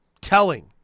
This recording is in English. Telling